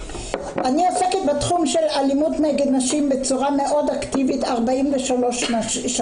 אני עוסקת בתחום של אלימות נגד נשים בצורה מאוד אקטיבית 43 שנים,